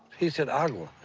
he said agua.